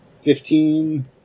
Fifteen